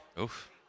Oof